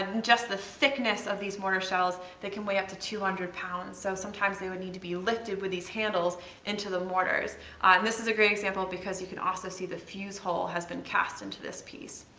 and just the thickness of these mortar shells, they can weigh up to two hundred pounds so sometimes they would need to be lifted with these handles into the mortars. and this is a great example because you can also see the fuse hole has been cast into this piece.